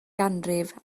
ganrif